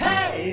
Hey